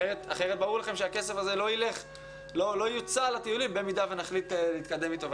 אחרת ברור לכם שהכסף הזה לא יוצא על הטיולים במידה ונחליט להתקדם אתו,